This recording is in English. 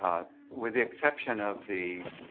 um with the exception of the